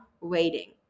waiting